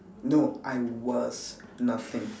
no I was nothing